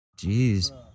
Jeez